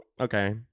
Okay